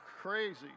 crazy